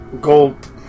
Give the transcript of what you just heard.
Gold